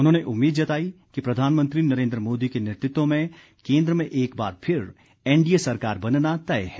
उन्होंने उम्मीद जताई कि प्रधानमंत्री नरेन्द्र मोदी के नेतृत्व में केन्द्र में एकबार फिर एनडीए सरकार बनना तय है